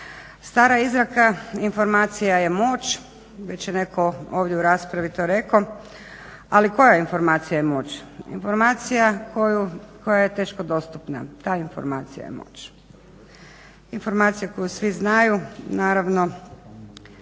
Stara izreka „Informacija je moć“, već je neko ovdje u raspravi to rekao, ali koja je informacija moć. Informacija koja je teško dostupna, ta informacija je moć. Informacija koju svi znaju naravno